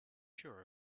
sure